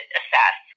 assess